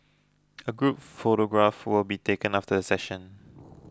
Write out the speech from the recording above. a group photograph will be taken after the session